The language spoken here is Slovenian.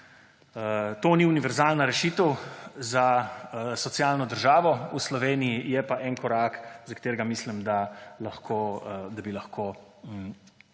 To ni univerzalna rešitev za socialno državo v Sloveniji, je pa en korak, za katerega mislim, da bi lahko